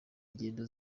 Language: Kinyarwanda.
ingendo